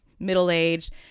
middle-aged